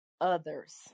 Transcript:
Others